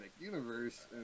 Universe